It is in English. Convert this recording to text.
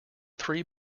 three